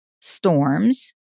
storms